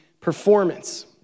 performance